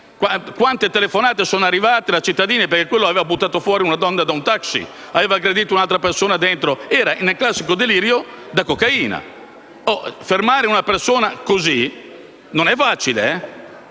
quante telefonate sono arrivate da cittadini perché quello aveva buttato una donna fuori da un taxi e aveva aggredito un'altra persona dentro: era nel classico delirio da cocaina. Fermare una persona così non è facile